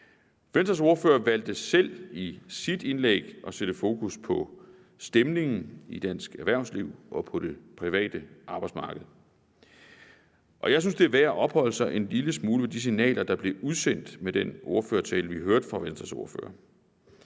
Venstres ordfører valgte selv i sit indlæg at sætte fokus på stemningen i dansk erhvervsliv og på det private arbejdsmarked, og jeg synes, det er værd at opholde sig en lille smule ved de signaler, der blev udsendt med den ordførertale, vi hørte fra Venstres ordfører.